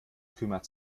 kümmert